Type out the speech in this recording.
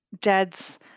dad's